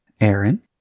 Aaron